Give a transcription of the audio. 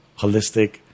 holistic